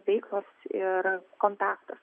veiklos ir kontaktas